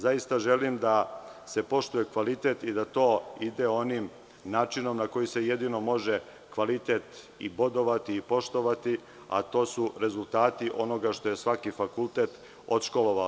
Zaista želim da se poštuje kvalitet i da to ide onim načinom na koji se jedino može kvalitet i bodovati i poštovati, a to su rezultati onoga što je svaki fakultet odškolovao.